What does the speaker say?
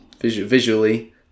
visually